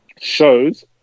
shows